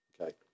Okay